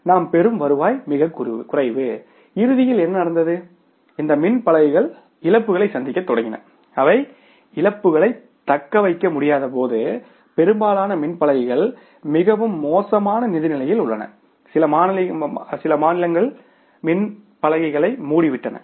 நாம் பெறும் வருவாய் மிகக் குறைவு இறுதியில் என்ன நடந்தது இந்த மின் பலகைகள் இழப்புகளைச் சந்திக்கத் தொடங்கின அவை இழப்புகளைத் தக்கவைக்க முடியாதபோது பெரும்பாலான மின் பலகைகள் மிகவும் மோசமான நிதி நிலையில் உள்ளன சில மாநிலங்கள் மின் பலகைகளை மூடிவிட்டன